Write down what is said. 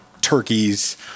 turkeys